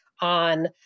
on